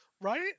Right